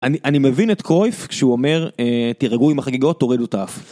אני מבין את קרויף כשהוא אומר תירגעו עם החגיגות, תורידו את האף.